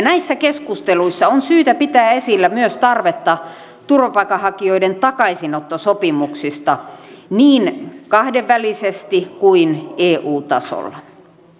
näissä keskusteluissa on syytä pitää esillä myös tarvetta turvapaikanhakijoiden takaisinottosopimuksista niin kahdenvälisesti kuin eu tasollakin